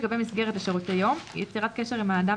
לגבי מסגרת לשירותי יום יצירת קשר עם האדם